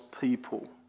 people